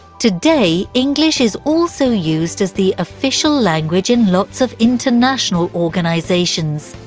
today, english is also used as the official language in lots of international organisations,